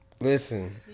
Listen